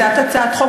הצעת הצעת חוק,